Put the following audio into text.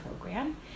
program